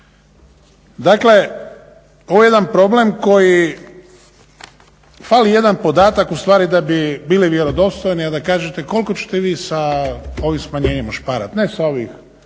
Dakle, ovo je jedan problem koji fali jedan podatak ustvari da bi bili vjerodostojni, a da kažete koliko ćete vi sa ovim smanjenjem ušparati. Ne sa ovih